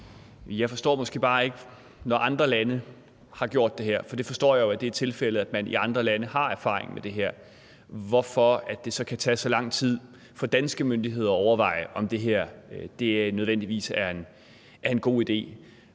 Jeg forstår måske bare ikke, hvorfor det, når andre lande har gjort det her – for jeg forstår jo, at det er tilfældet, at man i andre lande har erfaring med det her – så kan tage så lang tid for danske myndigheder at overveje, om det her nødvendigvis er en god idé.